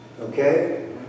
okay